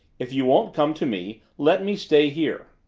if you won't come to me, let me stay here!